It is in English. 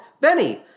Benny